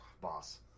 Boss